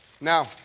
Now